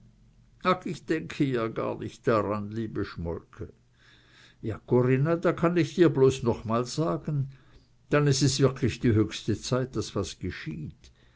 ich denke ja gar nicht dran liebe schmolke ja corinna da kann ich dir bloß noch mal sagen dann is es wirklich die höchste zeit daß was geschieht